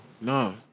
No